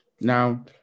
Now